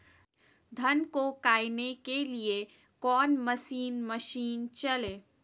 धन को कायने के लिए कौन मसीन मशीन चले?